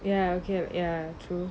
ya okay ya true